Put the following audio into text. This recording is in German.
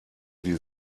die